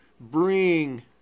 bring